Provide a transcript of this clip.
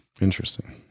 Interesting